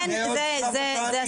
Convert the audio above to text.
ולכן זה הסיבות.